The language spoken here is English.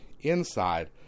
inside